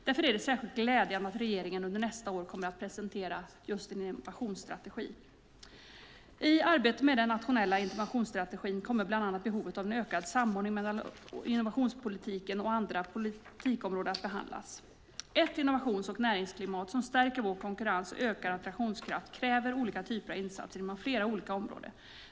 Därför är det särskilt glädjande att regeringen under nästa år kommer att presentera just en innovationsstrategi. I arbetet med den nationella innovationsstrategin kommer bland annat behovet av en ökad samordning mellan innovationspolitiken och andra politikområden att behandlas. Ett innovations och näringsklimat som stärker vår konkurrens och ökar vår attraktionskraft kräver olika typer av insatser inom flera olika områden.